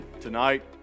tonight